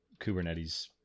Kubernetes